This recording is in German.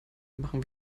machen